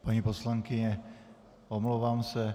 Paní poslankyně, omlouvám se.